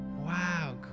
Wow